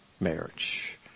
marriage